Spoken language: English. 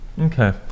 okay